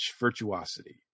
virtuosity